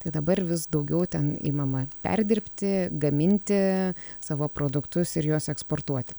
tai dabar vis daugiau ten imama perdirbti gaminti savo produktus ir juos eksportuoti